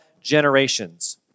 generations